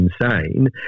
insane